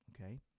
Okay